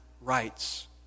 rights